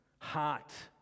Heart